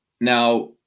Now